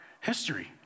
history